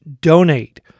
donate